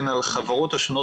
הן על החברות השונות,